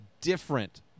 different